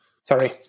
sorry